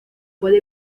puede